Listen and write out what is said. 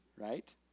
Right